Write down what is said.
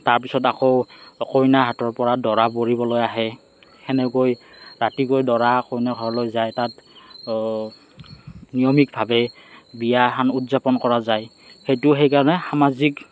তাৰ পিছত আকৌ কইনা হাতৰ পৰা দৰা বহিবলৈ আহে সেনেকৈ ৰাতিকৈ দৰা কইনাৰ ঘৰলৈ যায় তাত নিয়মিতভাৱে বিয়াখন উদযাপন কৰা যায় সেইটো সেইকাৰণে সামাজিক